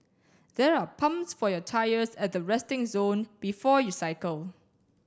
there are pumps for your tyres at the resting zone before you cycle